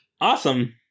Awesome